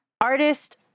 artist